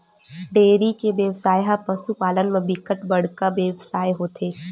dairy के बेवसाय ह पसु पालन म बिकट बड़का बेवसाय होथे